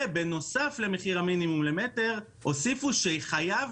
ובנוסף למחיר המינימום למטר הוסיפו שחייב